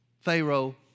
Pharaoh